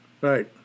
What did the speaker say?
Right